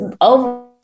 over